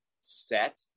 set